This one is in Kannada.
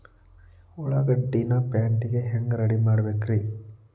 ಉಳ್ಳಾಗಡ್ಡಿನ ಪ್ಯಾಟಿಗೆ ಹ್ಯಾಂಗ ರೆಡಿಮಾಡಬೇಕ್ರೇ?